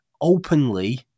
openly